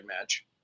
match